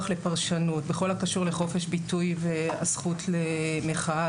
לפרשנות בכל הקשור לחופש ביטוי והזכות למחאה,